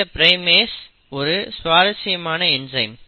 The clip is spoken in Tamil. இந்த ப்ரைமேஸ் ஒரு சுவாரஸ்யமான என்சைம்